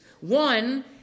One